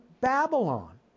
babylon